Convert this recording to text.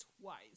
twice